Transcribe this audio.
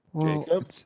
Jacob